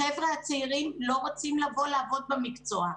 החבר'ה הצעירים לא רוצים לבוא לעבוד במקצוע.